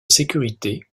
sécurité